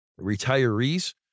retirees